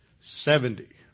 Seventy